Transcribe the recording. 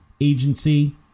agency